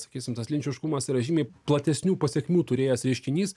sakysim tas linčiškumas yra žymiai platesnių pasekmių turėjęs reiškinys